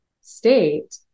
state